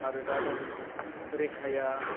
आरो दा दं रेखाया